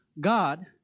God